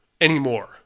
anymore